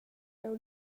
jeu